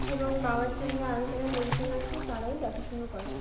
এবং বাবার সঙ্গে আরও যারা লোকজন আছে তারাই দেখাশুনো করে